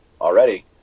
already